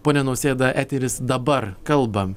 pone nausėda eteris dabar kalbam